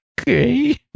okay